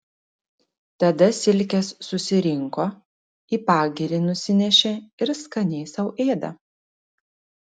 tada silkes susirinko į pagirį nusinešė ir skaniai sau ėda